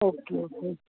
okay okay